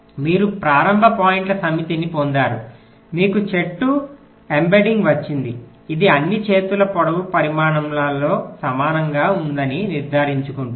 మీరు ప్రారంభ పాయింట్ల సమితిని పొందారు మీకు చెట్టు ఎంబెడ్డింగ్ వచ్చింది ఇది అన్ని చేతుల పొడవు పరిమాణాలలో సమానంగా ఉందని నిర్ధారించుకుంటుంది